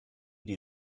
die